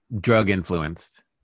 drug-influenced